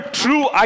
true